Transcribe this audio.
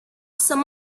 some